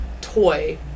toy